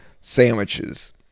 sandwiches